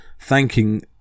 thanking